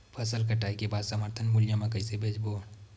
फसल कटाई के बाद समर्थन मूल्य मा कइसे बेचबो?